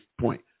point